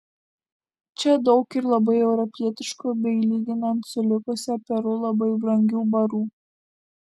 čia daug ir labai europietiškų bei lyginant su likusia peru labai brangių barų